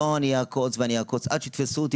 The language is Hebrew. לא אני אעקוץ ואני אעקוץ עד שיתפסו אותי,